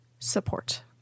Support